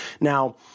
Now